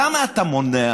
למה אתה מונע,